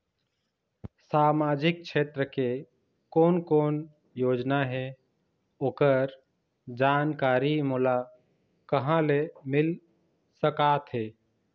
सामाजिक क्षेत्र के कोन कोन योजना हे ओकर जानकारी मोला कहा ले मिल सका थे?